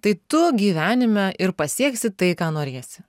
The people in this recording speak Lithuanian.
tai tu gyvenime ir pasieksi tai ką norėsi